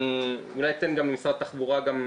אני אולי אתן גם למשרד התחבורה.